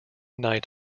night